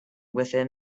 within